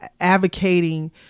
advocating